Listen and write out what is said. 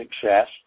success